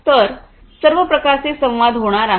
तर सर्व प्रकारचे संवाद होणार आहेत